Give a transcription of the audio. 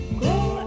grow